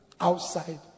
outside